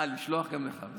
אה, לשלוח גם לך?